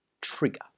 trigger